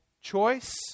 choice